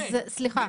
אז סליחה,